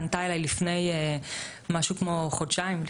פנתה אליי לפני משהו כמו חודשיים,